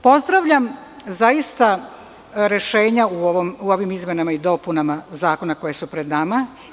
Pozdravljam zaista rešenja u ovim izmenama i dopunama zakona koje su pred nama.